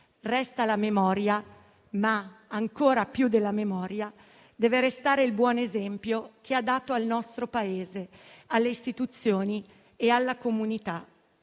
«Resta la memoria, ma, ancora più della memoria, deve restare (...) il buon esempio che ha dato al nostro Paese, alle istituzioni e alla comunità».